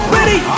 Ready